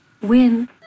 Win